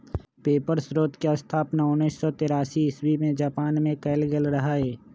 paper स्रोतके स्थापना उनइस सौ तेरासी इस्बी में जापान मे कएल गेल रहइ